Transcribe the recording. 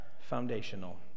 foundational